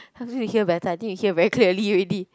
you hear better I think you hear very clearly already